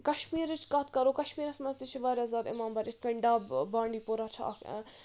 کشمیٖرٕچ کَتھ کَرو کَشمیٖرَس منٛز تہِ چھِ واریاہ زیادٕ عمامبر یِتھ کٔنۍ ڈَب بانڈی پورہ چھُ اکھ